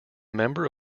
member